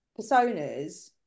personas